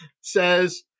says